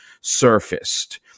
surfaced